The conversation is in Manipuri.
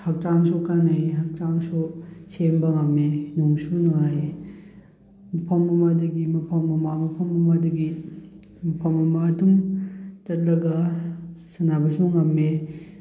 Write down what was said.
ꯍꯛꯆꯥꯡꯁꯨ ꯀꯥꯟꯅꯩ ꯍꯛꯆꯥꯡꯁꯨ ꯁꯦꯝꯕ ꯉꯝꯃꯦ ꯅꯨꯡꯁꯨ ꯅꯨꯡꯉꯥꯏꯌꯦ ꯃꯐꯝ ꯑꯃꯗꯒꯤ ꯃꯐꯝ ꯑꯃ ꯃꯐꯝ ꯑꯃꯗꯒꯤ ꯃꯐꯝ ꯑꯃ ꯑꯗꯨꯝ ꯆꯠꯂꯒ ꯁꯥꯟꯅꯕꯁꯨ ꯉꯝꯃꯦ